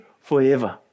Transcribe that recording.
forever